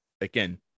Again